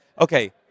okay